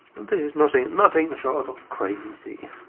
this is nothing nothing short of crazy.